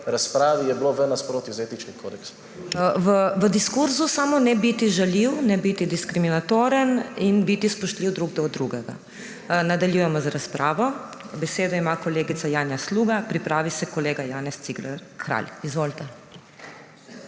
razpravi je bilo v nasprotju z etični kodeksom. PODPREDSEDNICA MAG. MEIRA HOT: V diskurzu samo ne biti žaljiv, ne biti diskriminatoren in biti spoštljiv drug do drugega. Nadaljujemo z razpravo. Besedo ima kolegica Janja Sluga, pripravi se kolega Janez Cigler Kralj. Izvolite.